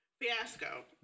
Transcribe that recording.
fiasco